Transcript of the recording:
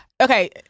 okay